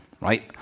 right